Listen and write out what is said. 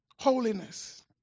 Holiness